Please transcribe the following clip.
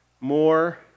More